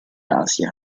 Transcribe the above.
asia